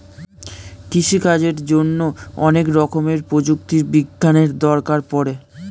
কৃষিকাজের জন্যে অনেক রকমের প্রযুক্তি বিজ্ঞানের দরকার পড়ে